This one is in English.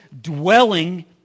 dwelling